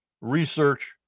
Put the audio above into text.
research